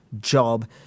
job